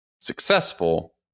successful